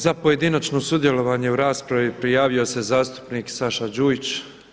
Za pojedinačno sudjelovanje u raspravi prijavio se zastupnik Saša Đujić.